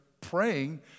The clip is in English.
praying